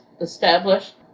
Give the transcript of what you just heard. established